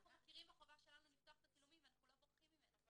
אנחנו מכירים בחובה שלנו לפתוח את הצילומים ואנחנו לא בורחים ממנה.